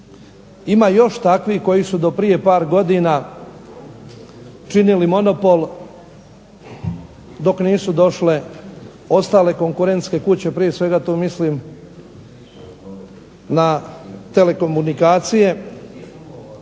Ima još takvih koji su do prije par godina činili monopol, dok nisu došle ostale konkurentske kuće, prije svega tu mislim na telekomunikacije